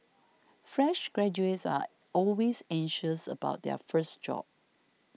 fresh graduates are always anxious about their first job